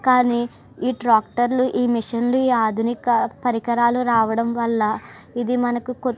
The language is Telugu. కానీ ఈ ట్రాక్టర్లు ఈ మిషన్లు ఈ ఆధునిక పరికరాలు రావడం వల్ల ఇది మనకు కో